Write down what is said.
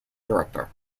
director